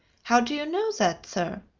how do you know that, sir?